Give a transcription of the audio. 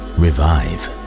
revive